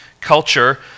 culture